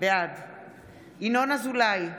בעד ינון אזולאי,